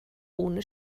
ohne